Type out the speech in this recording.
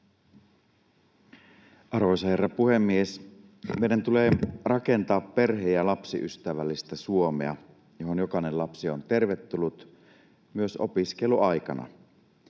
Arvoisa herra puhemies! Meidän tulee rakentaa perhe- ja lapsiystävällistä Suomea, johon jokainen lapsi on tervetullut myös opiskeluaikana.